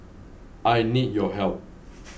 I need your help